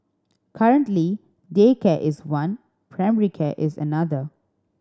currently daycare is one primary care is another